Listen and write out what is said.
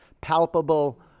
palpable